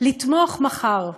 לתמוך מחר,